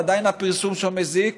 ועדיין הפרסום שם מזיק,